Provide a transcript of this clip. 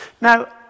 Now